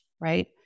right